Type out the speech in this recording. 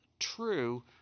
true